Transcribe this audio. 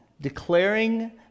declaring